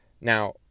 Now